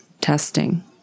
testing